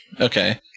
okay